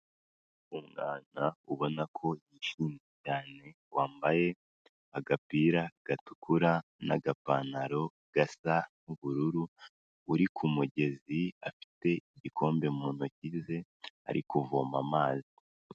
Umwana ubona ko yishimye cyane, wambaye agapira gatukura n'agapantaro gasa ubururu, uri ku mugezi afite igikombe mu ntoki ze ari kuvoma amazi.